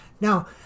Now